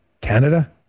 Canada